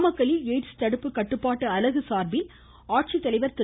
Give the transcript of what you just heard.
நாமக்கல்லில் எய்ட்ஸ் தடுப்பு கட்டுப்பட்டு அலகு சார்பில் ஆட்சித்தலைவர் திரு